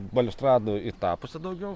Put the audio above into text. baliustradų į tą pusę daugiau